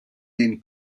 den